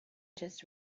just